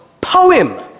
poem